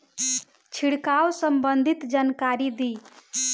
छिड़काव संबंधित जानकारी दी?